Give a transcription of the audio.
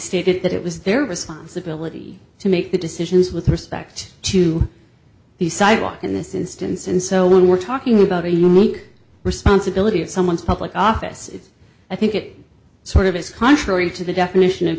stated that it was their responsibility to make the decisions with respect to the sidewalk in this instance and so when we're talking about a unique responsibility of someone's public office i think it sort of is contrary to the definition of